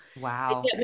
wow